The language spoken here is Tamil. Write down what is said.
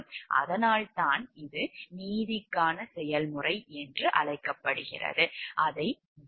அதனால்தான் இது நீதிக்கான செயல்முறை என்று அழைக்கப்படுகிறது